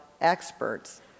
experts